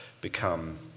become